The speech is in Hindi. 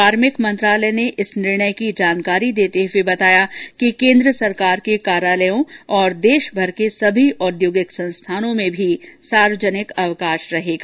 कार्मिक मंत्रालय ने इस निर्णय की जानकारी देते हुए बताया कि केन्द्र सरकार के कार्यालयों और देश भर के सभी औद्योगिक संस्थानों में भी सार्वजनिक अवकाश रहेगा